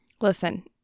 Listen